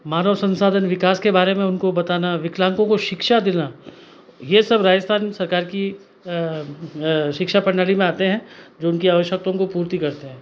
मानव संसाधन विकास के बारे में उनको बताना विकलांगों को शिक्षा देना यह राजस्थान सरकार की शिक्षा प्रणाली में आते हैं जो उनकी आवश्यकताओं को पूर्ति करते हैं